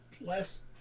less